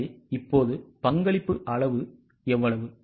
எனவே இப்போது பங்களிப்பு அளவு எவ்வளவு